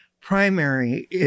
primary